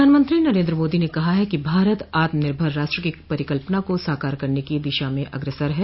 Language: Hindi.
प्रधानमंत्री नरेन्द्र मोदी ने कहा है कि भारत आत्मनिर्भर राष्ट्र की परिकल्पना को साकार करने की दिशा में अग्रसर है